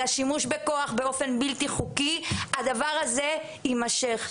השימוש בכוח באופן בלתי חוקי הדבר הזה יימשך.